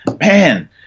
man